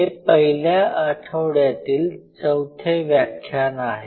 हे पहिल्या आठवड्यातील चौथे व्याख्यान आहे